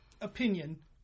opinion